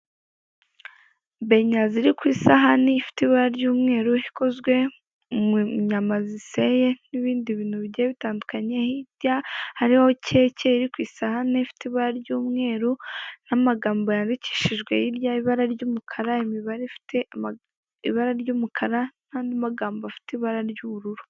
Benya ziri kw'isahane ifite ibara ry'umweru ikozwe munyama ziseye nibindibintu bigiye bitandukanye hirya hariho keke iri kw'isahane ifite ibara ry'umweru n'amagambo yandikishijwe ibara hirya ry'umukara imibare ifite ibara ry'umukara nandi magambo afite ibara ry'ubururu.